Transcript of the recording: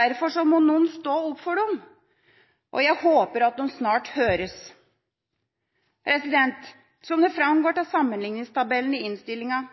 Derfor må noen stå opp for dem. Jeg håper at de snart høres. Som det framgår av sammenlikningstabellen i innstillinga,